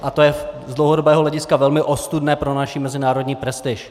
A to je z dlouhodobého hlediska velmi ostudné pro naši mezinárodní prestiž.